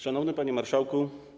Szanowny Panie Marszałku!